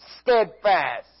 steadfast